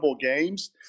games